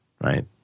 right